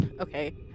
Okay